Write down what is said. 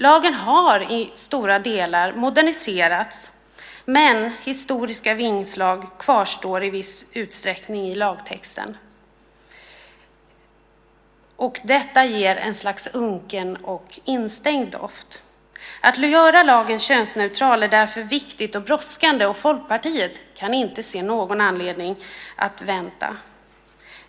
Lagen har i stora delar moderniserats, men historiska vingslag kvarstår i viss utsträckning i lagtexten. Detta ger ett slags unken och instängd doft. Att göra lagen könsneutral är därför viktigt och brådskande, och Folkpartiet kan inte se någon anledning att vänta.